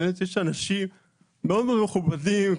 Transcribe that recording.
יש אנשים מאוד מכובדים,